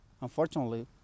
unfortunately